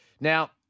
now